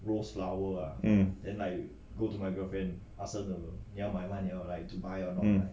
um um um